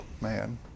man